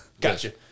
Gotcha